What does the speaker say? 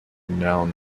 known